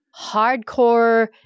hardcore